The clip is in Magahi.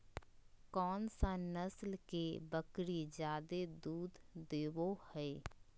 कौन सा नस्ल के बकरी जादे दूध देबो हइ?